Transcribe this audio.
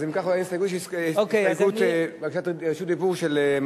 אז אם כך, רשות הדיבור של מרינה.